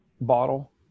bottle